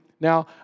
Now